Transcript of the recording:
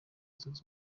zunze